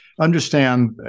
understand